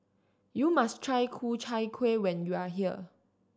you must try Ku Chai Kueh when you are here